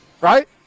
right